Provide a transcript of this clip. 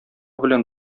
белән